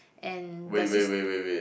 and the sis